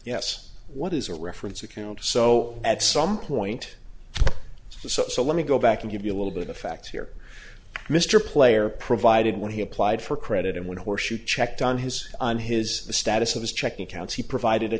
yes what is a reference account so at some point so let me go back and give you a little bit of facts here mr player provided when he applied for credit and when horseshoe checked on his on his the status of his checking accounts he provided a